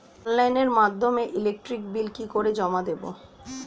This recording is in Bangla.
অনলাইনের মাধ্যমে ইলেকট্রিক বিল কি করে জমা দেবো?